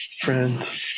friends